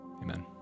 Amen